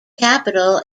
capital